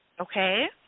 Okay